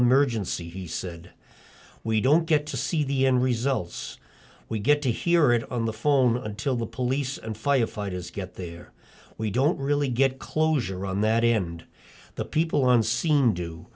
emergency he said we don't get to see the end results we get to hear it on the phone until the police and firefighters get there we don't really get closure on that him and the people on scene do